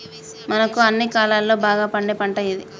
మనకు అన్ని కాలాల్లో బాగా పండే పంట ఏది?